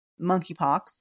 monkeypox